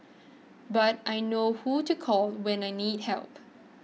but I know who to call when I need help